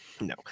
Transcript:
No